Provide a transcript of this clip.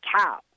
cow